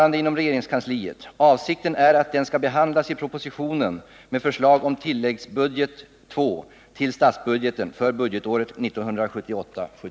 Avser regeringen att snarast framlägga förslag om det av lantbruksstyrelsen begärda beloppet?